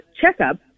checkup